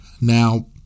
now